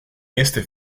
este